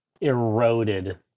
eroded